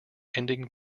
ending